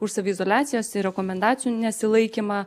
už saviizoliacijos ir rekomendacijų nesilaikymą